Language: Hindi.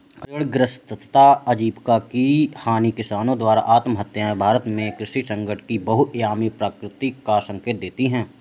ऋणग्रस्तता आजीविका की हानि किसानों द्वारा आत्महत्याएं भारत में कृषि संकट की बहुआयामी प्रकृति का संकेत देती है